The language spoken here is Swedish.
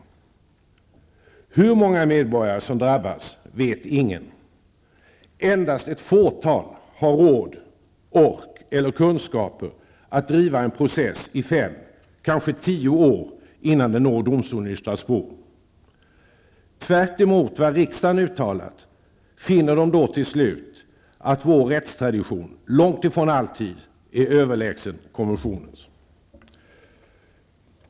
Hur många medborgare som drabbas vet ingen. Endast ett fåtal har råd, ork eller kunskaper att driva en process i fem, kanske tio år innan den når domstolen i Strasbourg. Tvärtemot vad riksdagen uttalat finner de till slut att vår rättstradition långtifrån alltid är överlägsen konventionens.